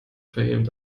vehement